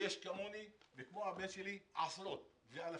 ויש כמוני וכמו הבן שלי עשרות ואלפים.